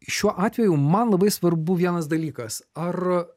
šiuo atveju man labai svarbu vienas dalykas ar